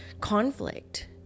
conflict